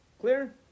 Clear